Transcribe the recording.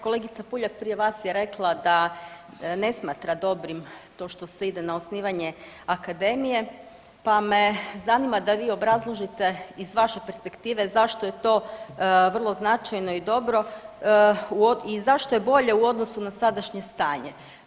Kolegica Puljak prije vas je rekla da ne smatra dobrim to što se ide na osnivanje akademije, pa me zanima da vi obrazložite iz vaše perspektive zašto je to vrlo značajno i dobro i zašto je bolje u odnosu na sadašnje stanje.